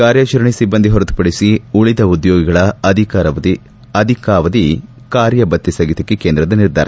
ಕಾರ್ಯಾಚರಣೆ ಸಿಬ್ಬಂದಿ ಹೊರತುಪಡಿಸಿ ಉಳಿದ ಉದ್ಯೋಗಿಗಳ ಅಧಿಕಾವಧಿ ಕಾರ್ಯ ಭತ್ತೆ ಸ್ವಗಿತಕ್ಕೆ ಕೇಂದ್ರದ ನಿರ್ಧಾರ